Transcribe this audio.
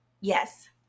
Yes